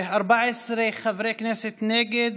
14 חברי כנסת נגד